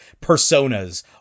personas